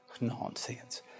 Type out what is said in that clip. Nonsense